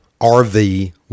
RV